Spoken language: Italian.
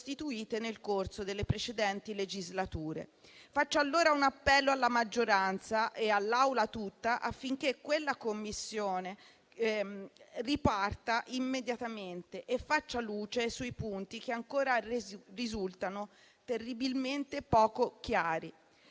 nel corso delle precedenti legislature. Faccio allora un appello alla maggioranza e all'Assemblea tutta, affinché quella Commissione riparta immediatamente e faccia luce sui punti che ancora risultano terribilmente poco chiari.